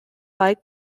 like